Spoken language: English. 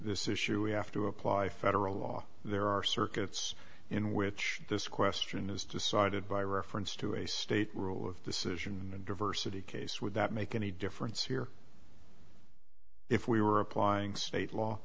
is issue we have to apply federal law there are circuits in which this question is decided by reference to a state decision and diversity case would that make any difference here if we were applying state law